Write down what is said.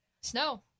Snow